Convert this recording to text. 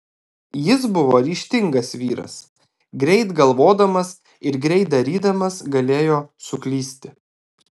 jis buvo ryžtingas vyras greit galvodamas ir greit darydamas galėjo suklysti